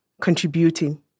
contributing